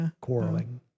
quarreling